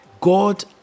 God